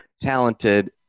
talented